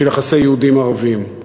של יחסי יהודים ערבים.